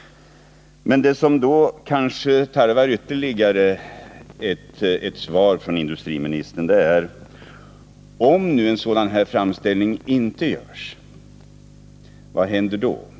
En fråga som då kanske tarvar ytterligare ett svar från industriministern är denna: Om en sådan här framställning inte görs, vad händer då?